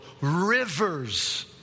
rivers